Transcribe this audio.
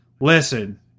listen